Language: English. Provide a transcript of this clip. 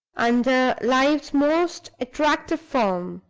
under life's most attractive form.